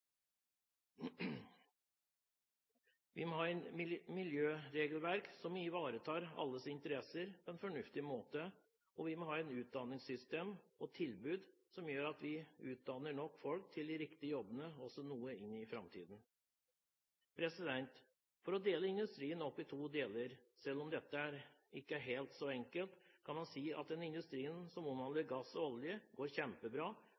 Vi må ha et miljøregelverk som ivaretar alles interesser på en fornuftig måte, og vi må ha et utdanningssystem og -tilbud som gjør at vi utdanner nok folk til de riktige jobbene, også noe inn i framtiden. For å dele industrien opp i to deler, selv om dette ikke er så helt enkelt, kan man si at den industrien som omhandler gass og olje, går kjempebra,